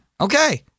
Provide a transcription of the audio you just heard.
okay